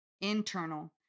internal